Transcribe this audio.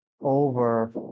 over